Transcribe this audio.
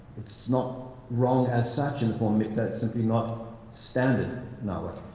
it's not wrong as such in form mitta, it's simply not standard nahuatl.